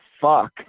fuck